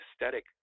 aesthetic